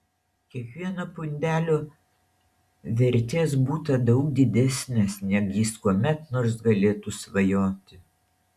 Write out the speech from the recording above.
kiekvieno pundelio vertės būta daug didesnės neg jis kuomet nors galėtų svajoti